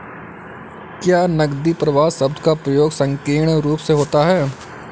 क्या नकदी प्रवाह शब्द का प्रयोग संकीर्ण रूप से होता है?